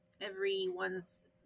everyone's